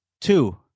Two